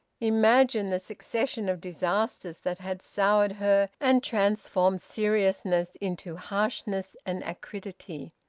imagine the succession of disasters that had soured her and transformed seriousness into harshness and acridity.